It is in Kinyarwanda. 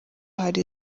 hari